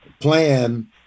plan